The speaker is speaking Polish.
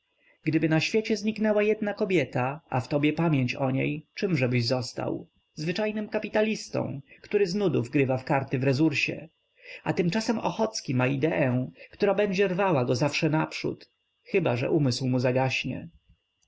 gdyby na świecie zniknęła jedna kobieta a w tobie pamięć o niej czemżebyś został zwyczajnym kapitalistą który z nudów grywa w karty w resursie a tymczasem ochocki ma ideę która będzie rwała go zawsze naprzód chyba że umysł